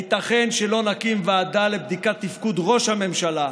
הייתכן שלא נקים ועדה לבדיקת תפקוד ראש הממשלה,